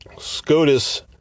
SCOTUS